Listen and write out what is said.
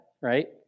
right